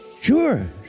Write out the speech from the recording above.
sure